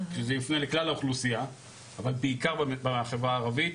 אבל בעיקר בחברה הערבית.